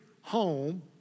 home